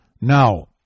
Now